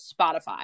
spotify